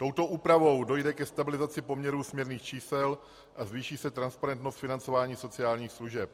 Touto úpravou dojde ke stabilizaci poměrů směrných čísel a zvýší se transparentnost financování sociálních služeb.